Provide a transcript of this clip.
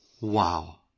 Wow